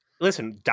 Listen